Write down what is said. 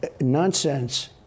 nonsense